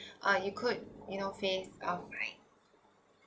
uh you could you know face our fine